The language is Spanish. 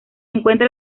encuentra